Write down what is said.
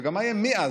וגם מה יהיה מאז?